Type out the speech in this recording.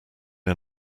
are